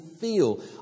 feel